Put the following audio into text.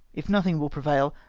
if nothing will prevail,